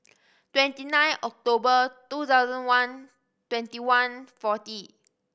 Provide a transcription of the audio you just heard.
twenty nine October two thousand one twenty one forty